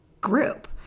group